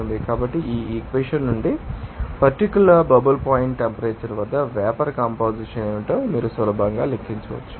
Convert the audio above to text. కాబట్టి ఈ ఈక్వెషన్ నుండి పర్టిక్యూలర్ బబుల్ పాయింట్ టెంపరేచర్ వద్ద వేపర్ కంపొజిషన్ ఏమిటో మీరు సులభంగా లెక్కించవచ్చు